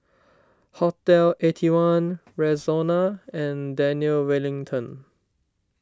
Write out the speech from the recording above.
Hotel Eighty One Rexona and Daniel Wellington